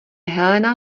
helena